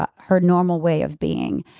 ah her normal way of being.